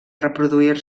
reproduir